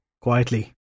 quietly